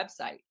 website